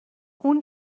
اون